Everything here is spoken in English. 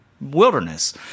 wilderness